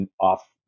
off